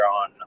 on